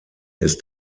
ist